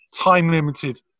time-limited